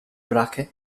brache